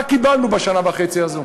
מה קיבלנו בשנה וחצי האלה?